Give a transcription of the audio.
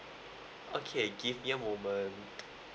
okay give me a moment